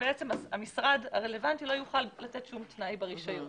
המשרד הרלוונטי לא יוכל לתת שום תנאי ברישיון